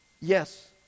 Yes